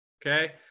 Okay